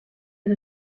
per